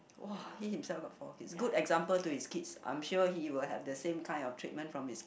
!wah! he himself got four good example to his kids I'm sure he will have the same kinds of treatment from his